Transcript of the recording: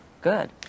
good